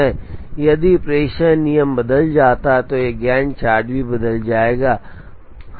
यदि प्रेषण नियम बदल जाता है तो यह गैंट चार्ट भी बदल जाएगा